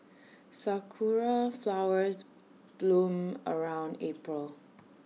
Sakura Flowers bloom around April